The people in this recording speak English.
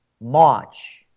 March